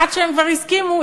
עד שהם כבר הסכימו,